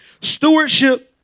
Stewardship